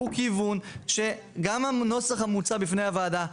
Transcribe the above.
הוא כיוון שגם הנוסח המוצע בפני הוועדה,